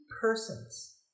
persons